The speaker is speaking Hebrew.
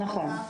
וכמה סורוקה?